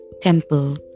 Temple